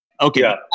Okay